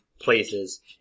places